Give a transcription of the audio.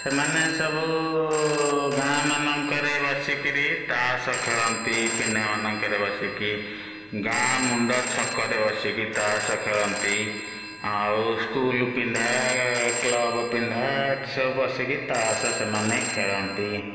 ସେମାନେ ସବୁ ଗାଁମାନଙ୍କରେ ବସି କରି ତାସ ଖେଳନ୍ତି ପିଣ୍ଡାମାନଙ୍କରେ ବସିକି ଗାଁମୁଣ୍ଡ ଛକରେ ବସିକି ତାସ ଖେଳନ୍ତି ଆଉ ସ୍କୁଲ ପିଣ୍ଢା କ୍ଲବ୍ ପିଣ୍ଢା ଏଠି ସବୁ ବସିକି ତାସ ସେମାନେ ଖେଳନ୍ତି